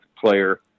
player